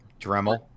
Dremel